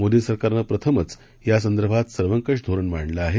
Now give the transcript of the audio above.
मोदी सरकारनं प्रथमच यासंदर्भात सर्वंकष धोरण मांडल आहे